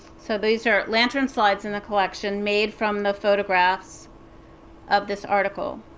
so these are lantern slides in the collection made from the photographs of this article.